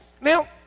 Now